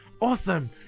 Awesome